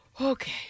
Okay